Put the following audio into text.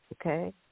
okay